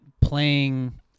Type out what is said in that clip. playing